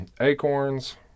acorns